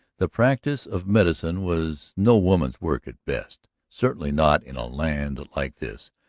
the practice of medicine was no woman's work at best certainly not in a land like this,